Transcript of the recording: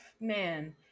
Man